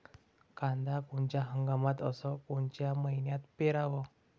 कांद्या कोनच्या हंगामात अस कोनच्या मईन्यात पेरावं?